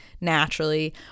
naturally